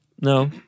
No